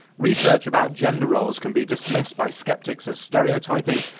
research about gender roles can be dismissed by sceptics as stereotyping,